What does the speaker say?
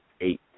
eight